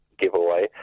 giveaway